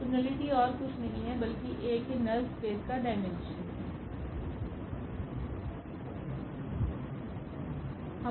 तो नलिटी और कुछ भी नहीं बल्कि A के नल स्पेस का डायमेंशन है